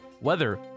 weather